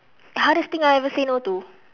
hardest thing I ever say no to